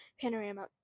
panorama